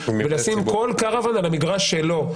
ולשים כל קרוואן על המגרש שלו,